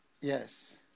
Yes